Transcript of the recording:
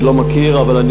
אני לא מכיר, אבל אראה.